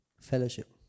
Fellowship